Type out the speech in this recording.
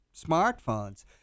smartphones